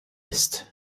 ist